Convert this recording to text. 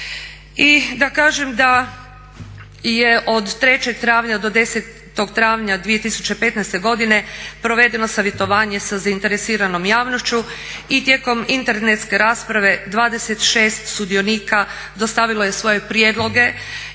I da kažem da je od 3. travnja do 10. travnja 2015. provedeno savjetovanje sa zainteresiranom javnošću i tijekom internetske rasprave 26 sudionika dostavilo je svoje prijedloge